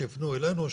שיפנו אלינו,